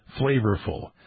flavorful